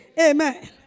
amen